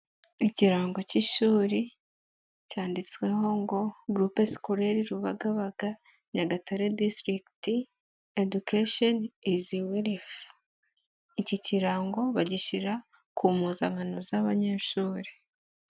Ikirango k'ishuri cyanditsweho ngo" Groupe sScolaire Rubagabaga, Nyagatare District , Education is Wealth". Iki kirango bagishyira ku mpuzankano z'abanyeshuri.